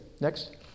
Next